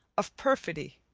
of perfidy.